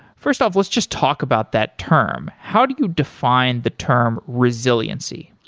first off, let's just talk about that term. how do you define the term resiliency?